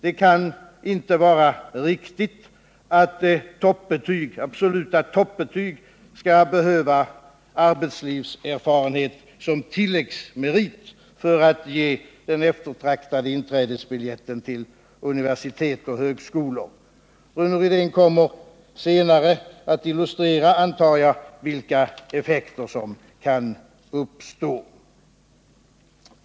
Det kan inte vara riktigt att personer med absoluta toppbetyg skall behöva arbetslivserfarenhet som tilläggsmerit för att få den eftertraktade inträdesbiljetten till universitet och högskolor. Rune Rydén kommer senare att illustrera vilka effekter som kan uppstå.